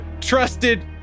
trusted